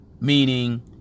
meaning